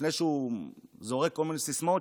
לפני שהוא זורק כל מיני סיסמאות,